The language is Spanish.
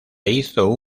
hizo